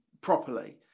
properly